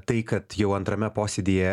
tai kad jau antrame posėdyje